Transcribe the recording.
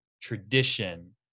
tradition